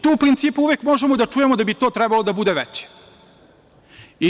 Tu u principu uvek možemo da čujemo da bi to trebalo da bude uvek veće.